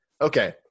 Okay